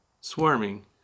swarming